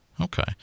Okay